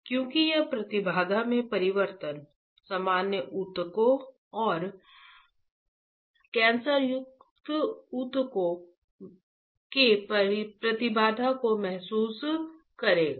क्योंकि यह प्रतिबाधा में परिवर्तन सामान्य ऊतकों और कैंसरयुक्त ऊतकों के प्रतिबाधा को महसूस करेगा